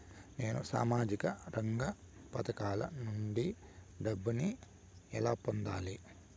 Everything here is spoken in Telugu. నేను సామాజిక రంగ పథకాల నుండి డబ్బుని ఎలా పొందాలి?